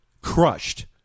crushed